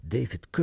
David